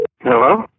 Hello